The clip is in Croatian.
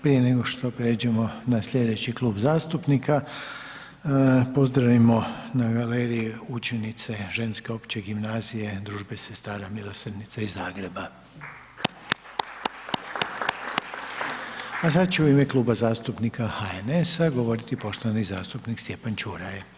Prije nego što pređemo na slijedeći klub zastupnika pozdravimo na galeriji učenice Ženske opće gimnazije Družbe sestara milosrdnica iz Zagreba. A sad će u ime Kluba zastupnika HNS-a govoriti poštovani zastupnik Stjepan Ćuraj.